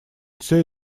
всё